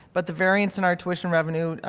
but the variance in our tuition revenue, um